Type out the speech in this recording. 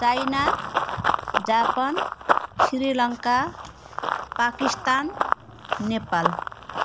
China Japan Sri Lanka Pakistan Nepal